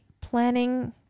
planning